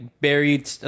buried